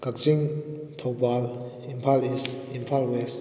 Kakching Thoubal Imphal east Imphal west